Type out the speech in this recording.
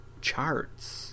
charts